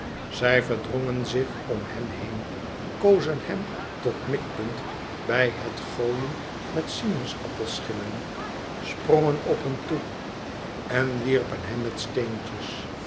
zij verdrongen zich om hem heen kozen hem tot mikpunt bij het gooien met sinaasappel schillen sprongen op hem toe en wierpen hem met steentjes